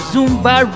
Zumba